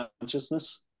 consciousness